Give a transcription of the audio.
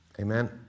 Amen